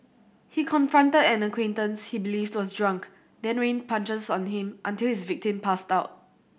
he confronted an acquaintance he believed was drunk then rained punches on him until his victim passed out